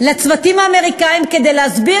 והממשל האמריקני יודע שרק ממשלת ישראל חזקה